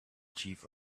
chief